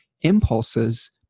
impulses